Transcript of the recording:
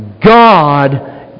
God